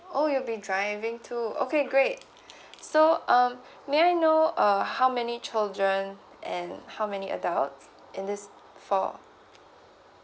oh you'll be driving too okay great so um may I know uh how many children and how many adults in this for